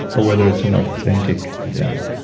or whether it's an authentic them?